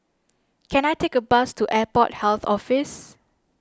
can I take a bus to Airport Health Office